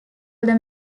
older